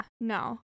No